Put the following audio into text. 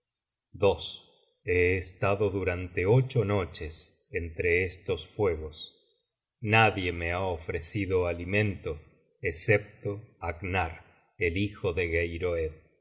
mí he estado durante ocho noches entre estos fuegos nadie me ha ofrecido alimento escepto agnar el hijo de geiroed él